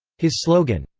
his slogan,